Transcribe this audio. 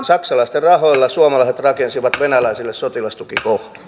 saksalaisten rahoilla suomalaiset rakensivat venäläisille sotilastukikohdan